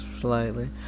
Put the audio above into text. slightly